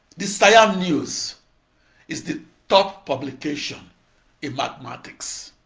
the siam news is the top publication in mathematics.